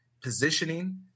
positioning